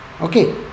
Okay